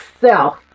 self